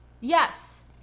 Yes